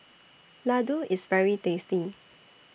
Ladoo IS very tasty